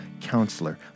Counselor